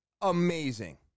amazing